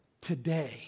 Today